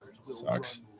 Sucks